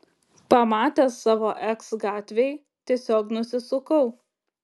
pamatęs savo eks gatvėj tiesiog nusisukau